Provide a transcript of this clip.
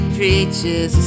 preaches